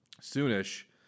soon-ish